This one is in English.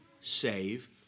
save